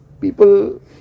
People